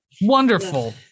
Wonderful